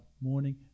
morning